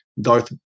Darth